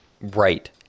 Right